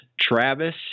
Travis